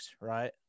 right